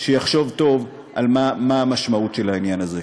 שיחשוב טוב מה המשמעות של העניין הזה.